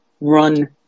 Run